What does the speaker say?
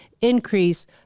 increase